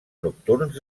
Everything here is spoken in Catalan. nocturns